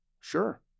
sure